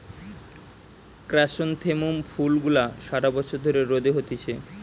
chrysanthemum ফুল গুলা সারা বছর ধরে রোদে হতিছে